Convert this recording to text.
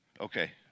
Okay